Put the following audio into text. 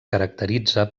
caracteritza